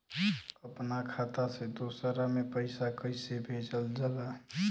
अपना खाता से दूसरा में पैसा कईसे भेजल जाला?